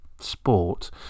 sport